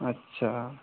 اچھا